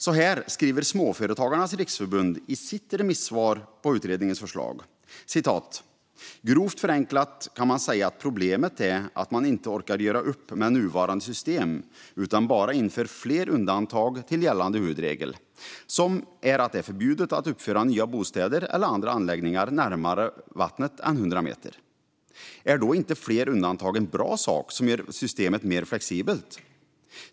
Så här skriver Småföretagarnas Riksförbund i sitt remissvar på utredningens förslag: "Grovt förenklat kan man säga att problemet är att man inte orkar göra upp med nuvarande system, utan bara inför fler undantag till gällande huvudregel, som är att det är förbjudet att uppföra nya bostäder eller andra anläggningar närmare vattnet än 100 meter. Är då inte fler undantag en bra sak som gör systemet mer flexibelt?